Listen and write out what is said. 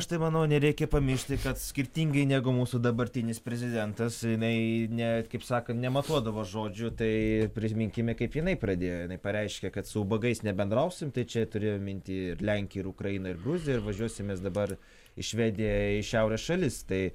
aš tai manau nereikia pamiršti kad skirtingai negu mūsų dabartinis prezidentas jinai ne kaip sakant nematuodavo žodžių tai prisiminkime kaip jinai pradėjo jinai pareiškė kad su ubagais nebendrausim tai čia turėjo minty ir lenkiją ir ukrainą ir gruziją ir važiuosim mes dabar į švediją į šiaurės šalis tai